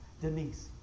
Denise